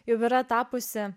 jau yra tapusi